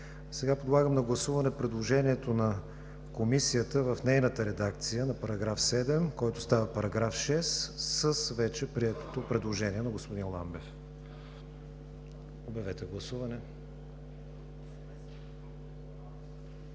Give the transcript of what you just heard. Сега подлагам на гласуване предложението на Комисията в нейната редакция на § 7, който става § 6, с вече приетото предложение на господин Ламбев. Гласували